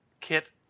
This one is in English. Kit